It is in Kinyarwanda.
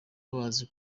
bazi